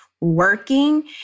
working